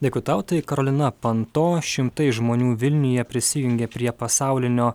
dėkui tau tai karolina panto šimtai žmonių vilniuje prisijungė prie pasaulinio